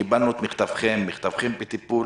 קיבלנו את מכתבכם, מכתבתם בטיפול